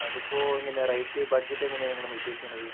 അതിപ്പോൾ എങ്ങനെയാ rate budget എങ്ങനെയാ നിങ്ങൾ ഉദ്ദേശിക്കണത്